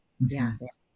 Yes